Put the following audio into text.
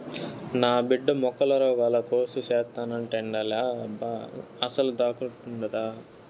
నా బిడ్డ మొక్కల రోగాల కోర్సు సేత్తానంటాండేలబ్బా అసలదొకటుండాదా